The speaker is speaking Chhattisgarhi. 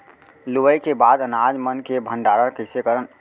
लुवाई के बाद अनाज मन के भंडारण कईसे करन?